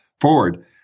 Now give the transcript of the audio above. forward